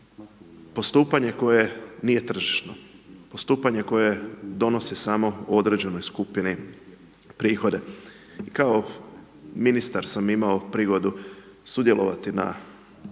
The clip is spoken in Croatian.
postupanje koje nije tržišno. Postupanje koje donosi samo određenoj skupini prihode. Kao ministar sam imao prigodu sudjelovati na u